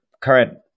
current